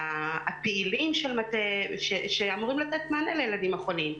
איפה הפעילים שאמורים לתת מענה לילדים החולים.